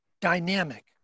dynamic